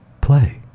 play